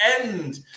end